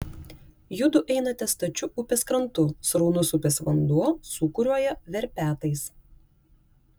judu einate stačiu upės krantu sraunus upės vanduo sūkuriuoja verpetais